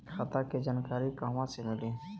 खाता के जानकारी कहवा से मिली?